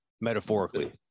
metaphorically